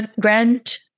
Grant